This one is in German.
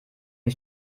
die